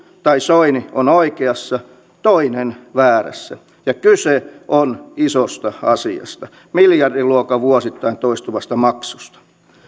tai ministeri soini on oikeassa toinen väärässä ja kyse on isosta asiasta miljardiluokan vuosittain toistuvasta maksusta